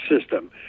system